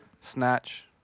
Snatch